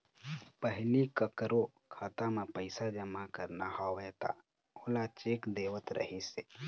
पहिली कखरो खाता म पइसा जमा करना होवय त ओला चेक देवत रहिस हे